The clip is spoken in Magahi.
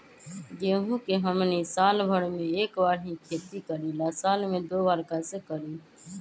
गेंहू के हमनी साल भर मे एक बार ही खेती करीला साल में दो बार कैसे करी?